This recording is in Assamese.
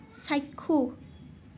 চাক্ষুষ